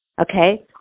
Okay